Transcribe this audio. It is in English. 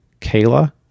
Kayla